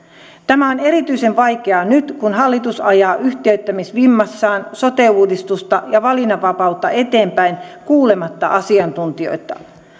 tämä on erityisen vaikeaa nyt kun hallitus ajaa yhtiöittämisvimmassaan sote uudistusta ja valinnanvapautta eteenpäin kuulematta asiantuntijoita